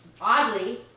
Oddly